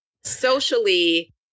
Socially